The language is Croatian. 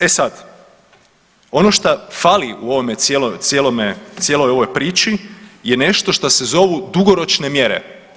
E sad, ono šta fali u ovoj cijeloj priči je nešto što se zovu dugoročne mjere.